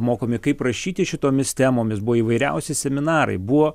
mokomi kaip rašyti šitomis temomis buvo įvairiausi seminarai buvo